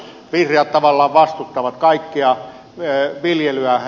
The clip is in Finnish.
vihreät tavallaan vastustavat kaikkea viljelyä